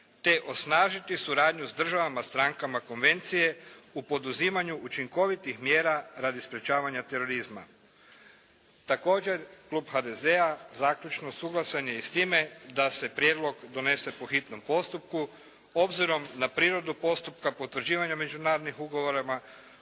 te osnažiti suradnju s državama strankama Konvencije u poduzimanju učinkovitih mjera radi sprječavanja terorizma. Također klub HDZ-a, zaključno, suglasan je i s time da se prijedlog donese po hitnom postupku, obzirom na prirodu postupka, potvrđivanja međunarodnih ugovora